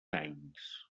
anys